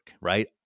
right